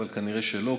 אבל כנראה לא,